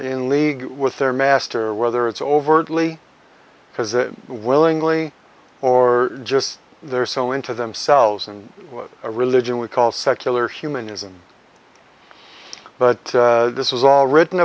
in league with their master whether it's overt lee because it willingly or just they're so into themselves and a religion we call secular humanism but this was all written